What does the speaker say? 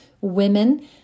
women